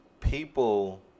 people